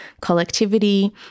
collectivity